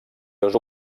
seus